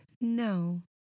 no